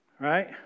right